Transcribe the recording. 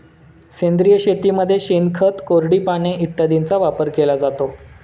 सेंद्रिय शेतीमध्ये शेणखत, कोरडी पाने इत्यादींचा वापर केला जातो